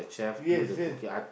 yes yes